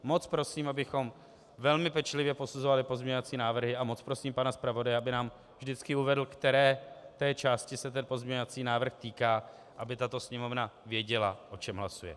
Moc prosím o to, abychom velmi pečlivě posuzovali pozměňovací návrhy, a moc prosím pana zpravodaje, aby nám vždycky uvedl, které části se pozměňovací návrh týká, aby tato Sněmovna věděla, o čem hlasuje.